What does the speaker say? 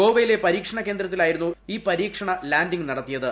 ഗോവയിലെ പരീക്ഷണ കേന്ദ്രത്തിലായിരുന്നു ഈ പരീക്ഷണ ലാൻഡിങ് നടത്തിയത്